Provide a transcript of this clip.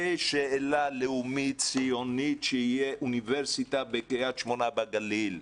זו שאלה לאומית ציונית שתהיה אוניברסיטה בקרית שמונה בגליל.